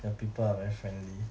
the people are very friendly